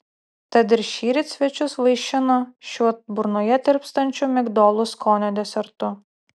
tad ir šįryt svečius vaišino šiuo burnoje tirpstančiu migdolų skonio desertu